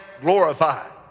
glorified